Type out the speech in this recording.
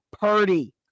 Purdy